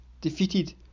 Defeated